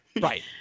right